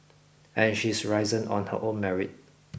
and she's risen on her own merit